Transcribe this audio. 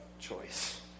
choice